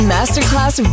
Masterclass